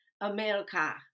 America